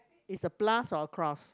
it's a plus or cross